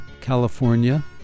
California